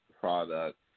product